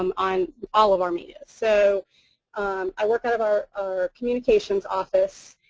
um i'm all of our media. so um i work out of our our communications office.